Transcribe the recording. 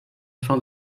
fin